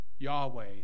Yahweh